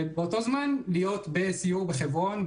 ובאותו זמן להיות בסיור בחברון.